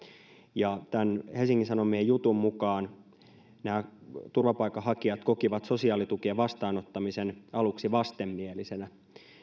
ja tämän helsingin sanomien jutun mukaan nämä turvapaikanhakijat kokivat sosiaalitukien vastaanottamisen aluksi vastenmieliseksi